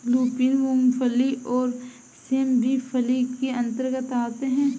lupin, मूंगफली और सेम भी फली के अंतर्गत आते हैं